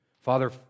Father